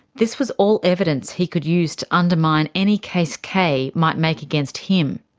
this was all evidence he could use to undermine any case kay might make against him.